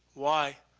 why?